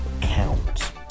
count